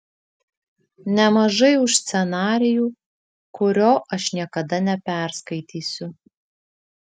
nemažai už scenarijų kurio aš niekada neperskaitysiu